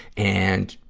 and,